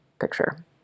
picture